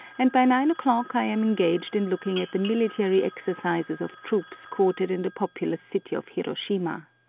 and by nine o'clock i am engaged in looking at the military exercises of troops quartered in the populous city of hiroshima.